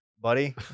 Buddy